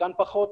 חלקן פחות,